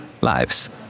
lives